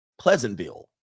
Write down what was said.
Pleasantville